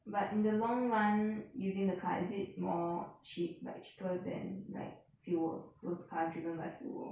but in the long run using the car is it more cheap like cheaper than like fuel those car driven by fuel